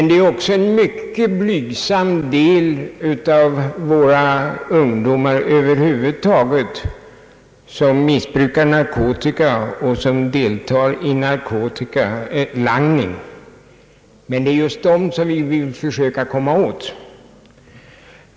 Det är också en mycket blygsam del av våra ungdomar över huvud taget som missbrukar narkotika och som deltar i narkotikalangning, men det är just dem vi vill komma åt.